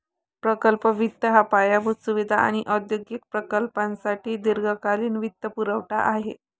प्रकल्प वित्त हा पायाभूत सुविधा आणि औद्योगिक प्रकल्पांसाठी दीर्घकालीन वित्तपुरवठा आहे